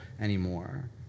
anymore